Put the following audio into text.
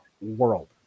world